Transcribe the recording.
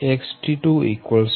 8132 kV XT2 0